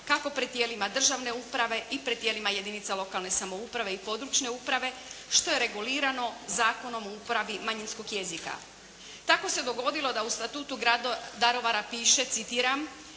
kako pred tijelima državne uprave i pred tijelima jedinica lokalne samouprave i područne uprave što je regulirano Zakonom o uporabi manjinskog jezika. Tako se dogodilo da u Statutu grada Daruvara piše citiram: